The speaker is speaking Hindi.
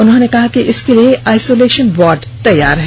उन्होंने कहा कि इसके लिए आइसोलेशन वार्ड तैयार है